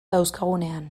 dauzkagunean